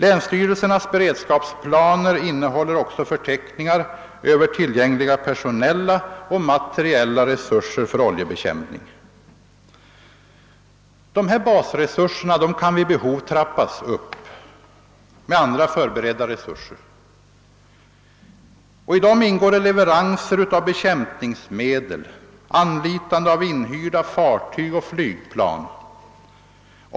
Länsstyrelsernas beredskapsplaner innehåller också förteckningar över tillgängliga personella och materiella resurser för oljebekämpning. Dessa basresurser kan vid behov trappas upp med andra förberedda resurser. I dem ingår leveranser av bekämpningsmedel och anlitande av inhyrda fartyg och flygplan.